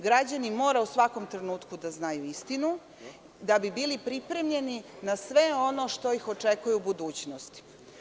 Građani moraju u svakom trenutku da znaju istinu, da bi bili pripremljeni na sve ono što ih očekuje u budućnosti.